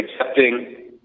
accepting